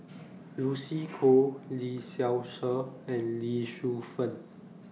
Lucy Koh Lee Seow Ser and Lee Shu Fen